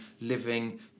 living